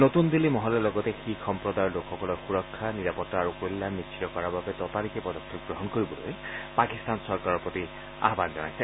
নতুন দিল্লী মহলে লগতে শিখ সম্প্ৰদায়ৰ লোকসকলৰ সুৰক্ষা নিৰাপত্তা আৰু কল্যাণ নিশ্চিত কৰাৰ বাবে ততালিকে পদক্ষেপ গ্ৰহণ কৰিবলৈ পাকিস্তান চৰকাৰৰ প্ৰতি আয়ন জনাইছে